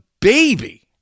baby